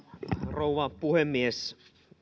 rouva puhemies